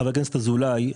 חבר הכנסת אזולאי,